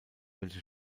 welche